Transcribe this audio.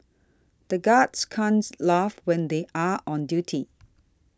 the guards can't laugh when they are on duty